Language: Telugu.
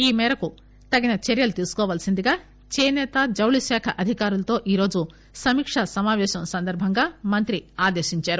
ఈ మేరకు తగిన చర్యలు తీసుకోవాల్పిందిగా చేసేత జౌళి శాఖ అధికారులతో ఇవాళ సమీక్ష సమాపేశం సందర్భంగా మంత్రి ఆదేశించారు